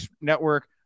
Network